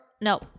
No